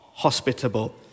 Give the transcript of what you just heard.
hospitable